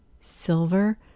silver